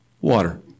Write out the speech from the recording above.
water